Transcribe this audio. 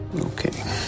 Okay